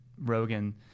Rogan